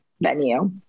venue